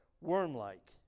worm-like